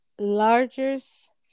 largest